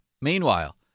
Meanwhile